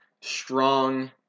strong